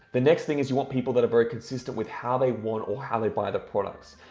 the next thing is you want people that are very consistent with how they want or how they buy the product.